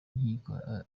nkiko